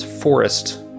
forest